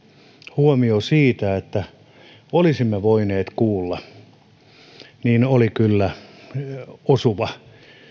huomio siitä että olisimme voineet kuulla enemmän oli kyllä osuva